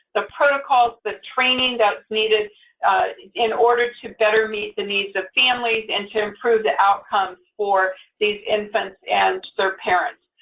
the protocols, the training that's needed in order to better meet the needs of families, and to improve the outcomes for these infants and their parents?